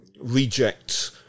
reject